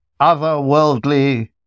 otherworldly